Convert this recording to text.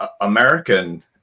american